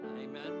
amen